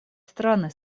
страны